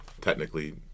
technically